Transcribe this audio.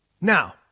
Now